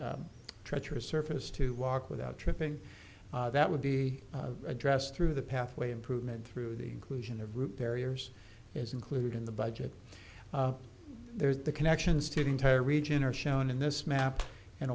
treacherous surface to walk without tripping that would be addressed through the pathway improvement through the inclusion of route barriers is included in the budget there's the connections to the entire region are shown in this map in